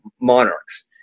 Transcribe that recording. monarchs